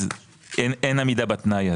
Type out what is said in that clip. אז אין עמידה בתנאי הזה.